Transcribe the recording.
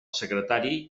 secretari